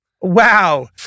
Wow